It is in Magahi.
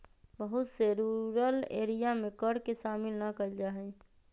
बहुत से रूरल एरिया में कर के शामिल ना कइल जा हई